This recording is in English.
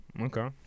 Okay